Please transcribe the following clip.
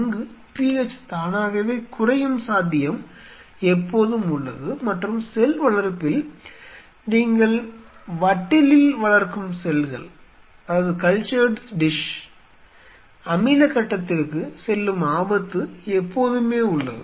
அங்கு pH தானாகவே குறையும் சாத்தியம் எப்போதும் உள்ளது மற்றும் செல் வளர்ப்பில் நீங்கள் வட்டிலில் வளர்க்கும் செல்கள் அமில கட்டத்திற்குச் செல்லும் ஆபத்து எப்போதுமே உள்ளது